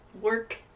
work